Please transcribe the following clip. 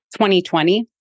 2020